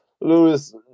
Lewis